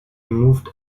moved